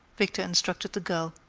victor instructed the girl.